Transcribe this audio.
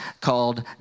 called